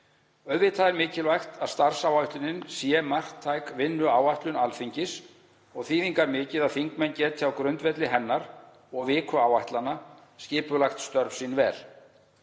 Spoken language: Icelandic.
Auðvitað er mikilvægt að starfsáætlunin sé marktæk vinnuáætlun Alþingis og þýðingarmikið að þingmenn geti á grundvelli hennar og vikuáætlana skipulagt störf sín vel.